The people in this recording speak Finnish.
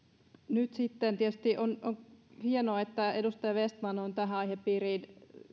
tietysti on hienoa että edustaja vestman on tähän aihepiiriin